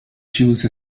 choose